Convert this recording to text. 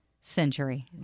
century